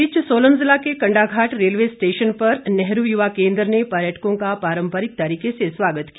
इस बीच सोलन जिला के कण्डाघाट रेलवे स्टेशन पर नेहरू युवा केंद्र ने पर्यटकों का पारंपरिक तरीके से स्वागत किया